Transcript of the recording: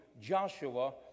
Joshua